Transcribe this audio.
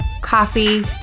coffee